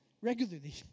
regularly